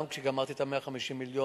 גם כשגמרתי את 150 המיליון,